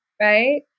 right